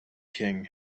king